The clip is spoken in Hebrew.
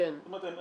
הם